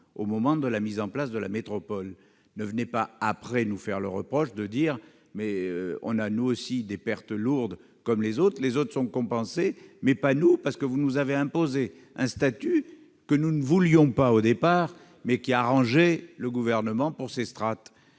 au moment de la mise en place de la métropole. Ne venez pas, après, nous en faire le reproche. Nous avons nous aussi des pertes lourdes, comme les autres ; les autres sont compensés, mais pas nous, parce que vous nous avez imposé un statut que nous ne voulions pas au départ, mais qui arrangeait le Gouvernement pour ses strates.